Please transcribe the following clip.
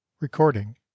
Recording